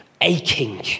aching